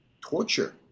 torture